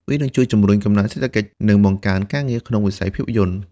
វានឹងជួយជំរុញកំណើនសេដ្ឋកិច្ច និងបង្កើនការងារក្នុងវិស័យភាពយន្ត។